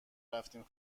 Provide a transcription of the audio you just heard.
رفتیم